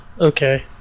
okay